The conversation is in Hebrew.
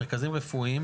מרכזים רפואיים,